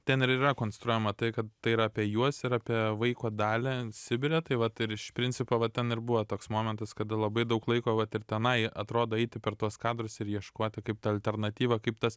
ten ir yra konstruojama tai kad tai yra apie juos ir apie vaiko dalią sibire tai vat ir iš principo va ten ir buvo toks momentas kada labai daug laiko vat ir tenai atrodo eiti per tuos kadrus ir ieškoti kaip alternatyvą kaip tas